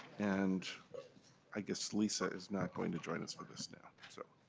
and i guess lisa is not going to join us for this now. so